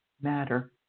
matter